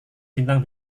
bintang